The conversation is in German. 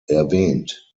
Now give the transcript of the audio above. erwähnt